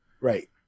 right